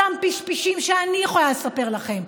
אותם פשפשים שאני יכולה לספר לכם,